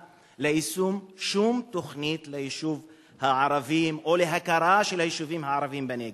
ליישום שום תוכנית ליישוב הערבים או להכרה של היישובים הערביים בנגב.